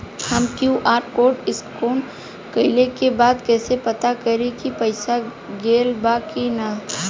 हम QR code scan कइला के बाद कइसे पता करि की पईसा गेल बा की न?